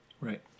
Right